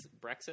Brexit